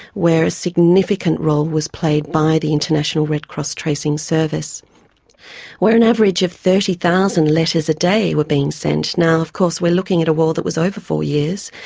where a significant role was played by the international red cross tracing service where an average of thirty thousand letters a day were being sent. now of course we're looking at a war that was over four years,